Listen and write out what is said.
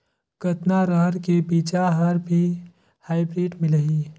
कतना रहर के बीजा हर भी हाईब्रिड मिलही?